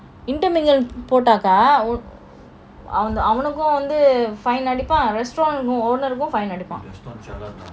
intermingled பொட்டாக அவனுக்கும் வந்து:potaka avanukum vanthu fine அடிப்பான்:adipan restaurant owner fine அடிப்பான்:adipan